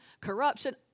Corruption